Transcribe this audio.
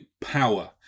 power